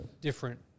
different